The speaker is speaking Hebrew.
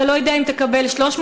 אתה לא יודע אם תקבל 300,000,